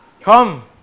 Come